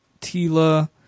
Tila